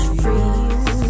freeze